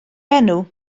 enw